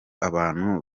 abantu